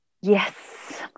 Yes